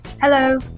Hello